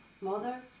Mother